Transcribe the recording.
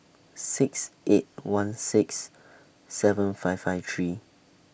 six eight one six seven five five three